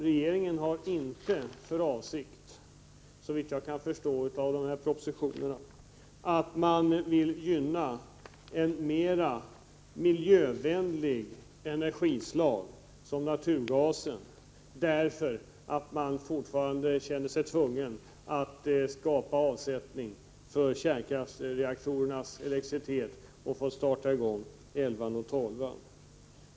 Regeringen har inte, såvitt jag kan förstå av propositionen, för avsikt att gynna ett mer miljövänligt energislag som naturgas, eftersom man fortfarande känner sig tvungen att skapa avsättning för kärnkraftsreaktorernas elektricitet och även starta reaktorerna 11 och 12.